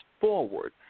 forward